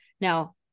Now